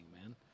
man